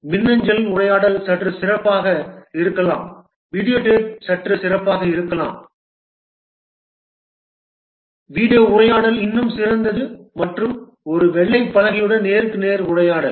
மின்னஞ்சல் உரையாடல் சற்று சிறப்பாக இருக்கலாம் வீடியோ டேப் சற்று சிறந்தது வீடியோ உரையாடல் இன்னும் சிறந்தது மற்றும் ஒரு வெள்ளை பலகையுடன் நேருக்கு நேர் உரையாடல்